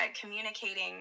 communicating